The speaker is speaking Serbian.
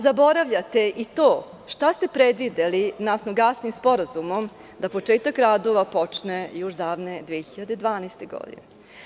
Zaboravljate, i to šta ste predvideli naftno-gasni sporazumom, da je početak radova trebao da počne još davne 2012. godine.